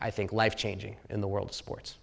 i think life changing in the world sports